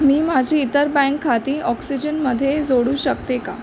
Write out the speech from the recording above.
मी माझी इतर बँक खाती ऑक्सिजनमध्ये जोडू शकते का